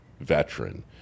veteran